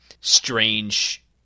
strange